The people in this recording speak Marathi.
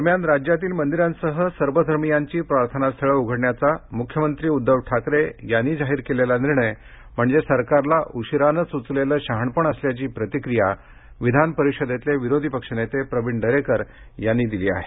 दरम्यान राज्यातील मंदिरांसह सर्वधर्मीयांची प्रार्थनास्थळं उघडण्याचा मुख्यमंत्री उद्धव ठाकरे यांनी जाहीर केलेला निर्णय म्हणजे सरकारला उशिरान सुचलेलं शहाणपण असल्याची प्रतिक्रिया विधानपरिषदेतले विरोधी पक्ष नेते प्रविण दरेकर यांनी दिली आहे